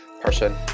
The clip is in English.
person